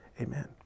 Amen